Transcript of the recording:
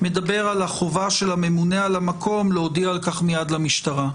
מדבר על החובה של הממונה על המקום להודיע על כך מייד למשטרה.